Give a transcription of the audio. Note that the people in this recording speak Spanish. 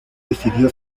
decidió